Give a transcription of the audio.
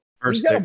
First